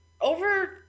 over